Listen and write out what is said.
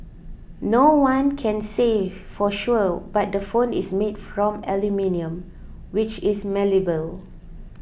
no one can say for sure but the phone is made from aluminium which is malleable